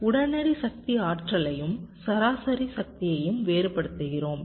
உடனடி சக்தி ஆற்றலையும் சராசரி சக்தியையும் வேறுபடுத்துகிறோம்